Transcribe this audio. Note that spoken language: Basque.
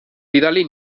bidali